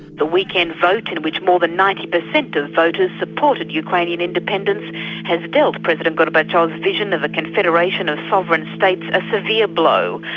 the weekend vote in which more than ninety percent of voters supported ukrainian independence has dealt president gorbachev's vision of a confederation of sovereign states a severe blow.